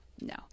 No